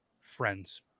friends